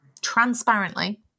transparently